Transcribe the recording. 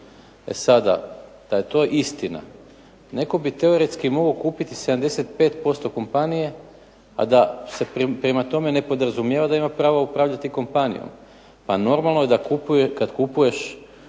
E sada, da je to istina netko bi teoretski mogao kupiti 75% kompanije a da se prema tome ne podrazumijeva da ima pravo upravljati kompanijom, pa normalno je da kada kupuješ